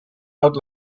out